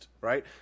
Right